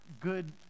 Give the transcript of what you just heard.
good